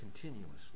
continuously